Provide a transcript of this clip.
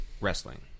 Wrestling